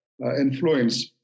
influence